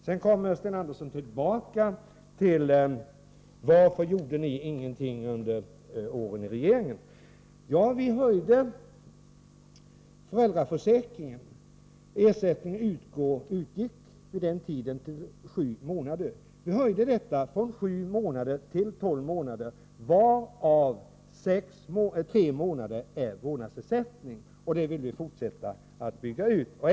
Sedan återkommer Sten Andersson med frågan varför vi inte gjorde någonting under våra regeringsår. Vi höjde föräldraförsäkringen. Ersättningen utgick vid den tiden under sju månader. Vi höjde till tolv månader, varav tre månader med vårdnadsersättning. Vi vill fortsätta att bygga ut detta.